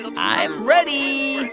and i'm ready ah,